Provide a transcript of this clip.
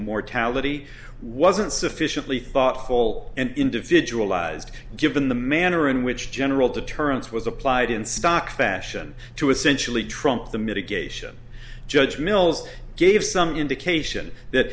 mortality wasn't sufficiently thoughtful and individualized given the manner in which general deterrence was applied in stock fashion to essentially trump the mitigation judge mills gave some indication that